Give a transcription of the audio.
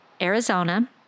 Arizona